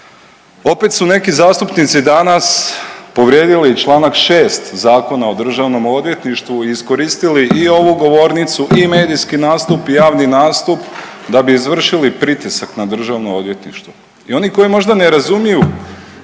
Opet su neki zastupnici danas povrijedili članak 6. Zakona o Državnom odvjetništvu i iskoristili i ovu govornicu i medijski nastup i javni nastup da bi izvršili pritisak na državno odvjetništvo. I oni koji možda ne razumiju